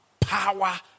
power